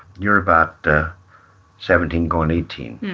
you're about seventeen, going eighteen,